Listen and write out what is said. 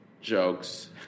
jokes